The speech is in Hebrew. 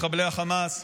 מחבלי חמאס,